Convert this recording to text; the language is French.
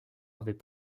avaient